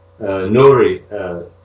nori